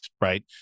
Right